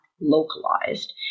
localized